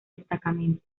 destacamento